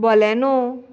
Baleno